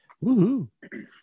Woo-hoo